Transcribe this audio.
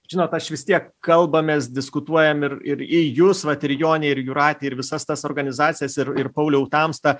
žinot aš vis tiek kalbamės diskutuojam ir ir į jus vat ir į jonę ir į jūratę ir visas tas organizacijas ir ir pauliau tamsta